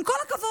עם כל הכבוד,